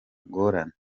ngorane